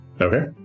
Okay